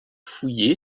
fouillé